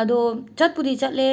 ꯑꯗꯣ ꯆꯠꯄꯨꯗꯤ ꯆꯠꯂꯦ